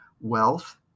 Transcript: Wealth